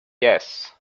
yes